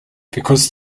because